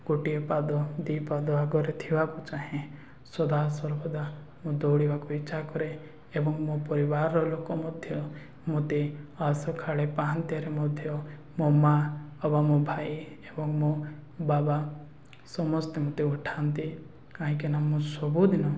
ଗୋଟିଏ ପାଦ ଦୁଇପାଦ ଆଗରେ ଥିବାକୁ ଚାହେଁ ସଦା ସର୍ବଦା ମୁଁ ଦୌଡ଼ିବାକୁ ଇଚ୍ଛା କରେ ଏବଂ ମୋ ପରିବାରର ଲୋକ ମଧ୍ୟ ମୋତେ ଆ ସକାଳେ ପାହାଆନ୍ତିରେ ମଧ୍ୟ ମୋ ମାଆ ବାବା ମୋ ଭାଇ ଏବଂ ମୋ ବାବା ସମସ୍ତେ ମୋତେ ଉଠାନ୍ତି କାହିଁକିନା ମୋ ସବୁଦିନ